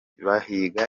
bahiga